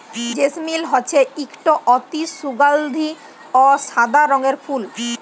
জেসমিল হছে ইকট অতি সুগাল্ধি অ সাদা রঙের ফুল